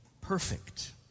perfect